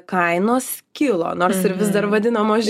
kainos kilo nors ir vis dar vadinamos